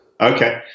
okay